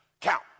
Count